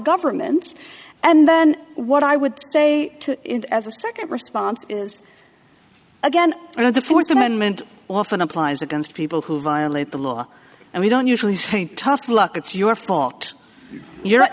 government's and then what i would say to it as a second response is again you know the fourth amendment often applies against people who violate the law and we don't usually say tough luck it's your fault you're